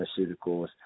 pharmaceuticals